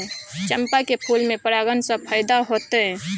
चंपा के फूल में परागण से फायदा होतय?